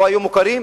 לא היו מוכרים?